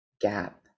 gap